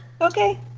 okay